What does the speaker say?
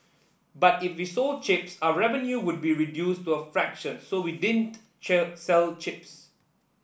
but if we sold chips are revenue would be reduced to a fraction so we didn't sell chips